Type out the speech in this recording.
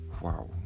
wow